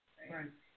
Right